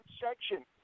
section